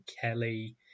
Kelly